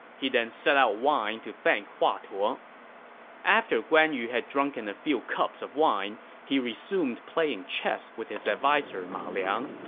he then set out wine to thank hua tuo after guan yu had drunken a few cups of wine, he resumed playing chess with his adviser ma liang.